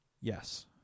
Yes